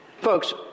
Folks